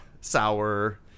sour